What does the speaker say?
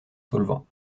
solvants